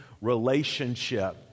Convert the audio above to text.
relationship